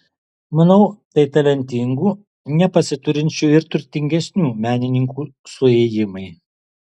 manau tai talentingų nepasiturinčių ir turtingesnių menininkų suėjimai